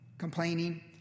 complaining